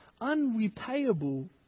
unrepayable